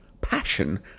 passion